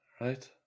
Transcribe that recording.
right